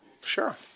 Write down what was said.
Sure